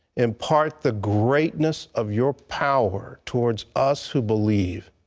impart the greatness of your power towards us who believe.